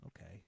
Okay